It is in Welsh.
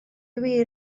wir